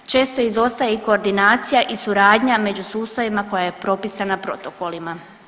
Često izostaje i koordinacija i suradnja među sustavima koja je propisana protokolima.